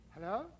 Hello